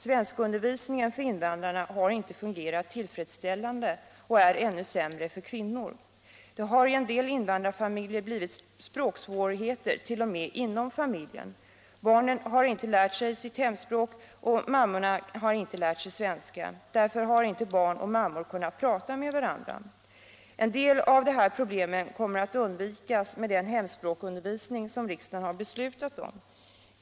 Svenskundervisningen för invandrare har inte fungerat tillfredsställande och är sämst för kvinnan. Det har i en del invandrarfamiljer blivit språksvårigheter t.o.m. inom familjen. Barnen har inte lärt sig sitt hemspråk och mammorna har inte lärt sig svenska. Därför har inte barn och mammor kunnat prata med varandra. En del av problemen kommer att undvikas med den hemspråksundervisning som riksdagen har beslutat.